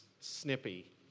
Snippy